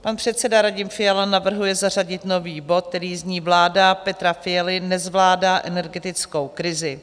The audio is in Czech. Pan předseda Radim Fiala navrhuje zařadit nový bod, který zní: Vláda Petra Fialy nezvládá energetickou krizi.